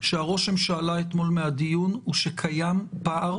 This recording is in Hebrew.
שהרושם שעלה אתמול מהדיון הוא שקיים פער